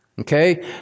okay